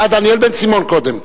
דניאל בן-סימון קודם.